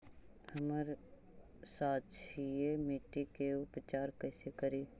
हम क्षारीय मिट्टी के उपचार कैसे करी?